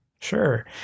sure